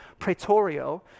praetorio